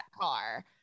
Car